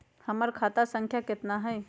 हमर खाता संख्या केतना हई?